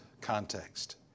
context